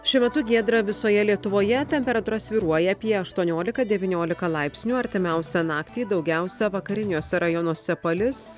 šiuo metu giedra visoje lietuvoje temperatūra svyruoja apie aštuoniolika devyniolika laipsnių artimiausią naktį daugiausia vakariniuose rajonuose palis